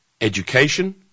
education